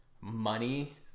money